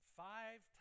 five